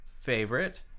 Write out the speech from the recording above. favorite